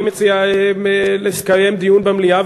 אני מציע לקיים דיון במליאה,